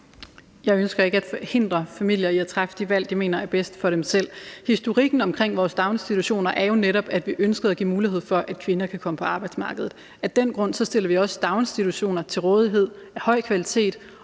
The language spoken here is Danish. Jeg ønsker ikke at forhindre familier i at træffe de valg, de mener er bedst for dem selv. Historikken omkring vores daginstitutioner er jo netop, at vi ønskede at give mulighed for, at kvinder kunne komme på arbejdsmarkedet. Af den grund stiller vi også daginstitutioner til rådighed af høj kvalitet,